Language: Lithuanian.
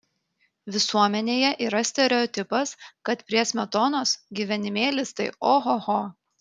visuomenėje yra stereotipas kad prie smetonos gyvenimėlis tai ohoho